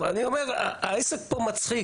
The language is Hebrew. העסק פה מצחיק.